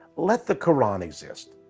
let the quran exist.